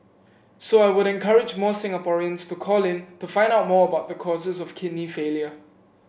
so I would encourage more Singaporeans to call in to find out more about the causes of kidney failure